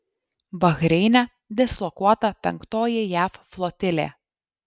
bahreine dislokuota penktoji jav flotilė